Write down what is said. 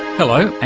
hello,